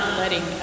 letting